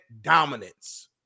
dominance